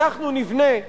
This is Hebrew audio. אנחנו נבנה,